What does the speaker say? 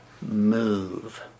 move